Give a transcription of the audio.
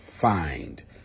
find